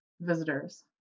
visitors